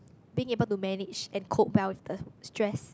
being able to manage and cope well with us stress